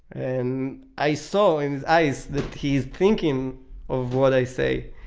and i saw in his eyes that he is thinking of what i say,